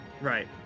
Right